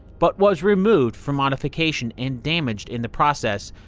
but was removed for modification and damaged in the process.